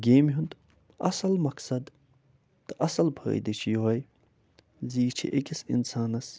گیمہِ ہُنٛد اَصٕل مقصد تہٕ اَصٕل فٲیِدٕ چھِ یِہوٚے زِ یہِ چھِ أکِس اِنسانَس